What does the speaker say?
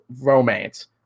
romance